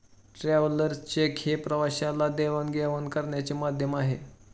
travellers cheque हे प्रवाशाला देवाणघेवाण करण्याचे माध्यम आहे